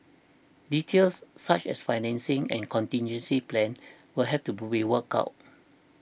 details such as financing and contingency plans will have to be worked out